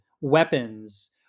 weapons